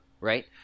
Right